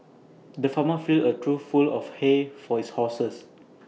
the farmer filled A trough full of hay for his horses